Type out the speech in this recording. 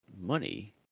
money